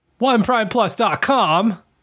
Oneprimeplus.com